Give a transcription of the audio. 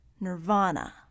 Nirvana